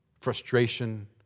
frustration